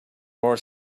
more